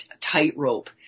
tightrope